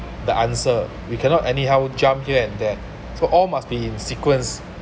the answer we cannot anyhow jump here and there so all must be in sequence